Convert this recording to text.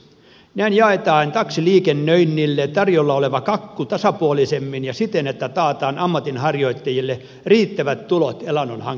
näin jaetaan taksiliikennöinnille tarjolla oleva kakku tasapuolisemmin ja siten että taataan ammatinharjoittajille riittävät tulot elannon hankkimiseen